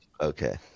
Okay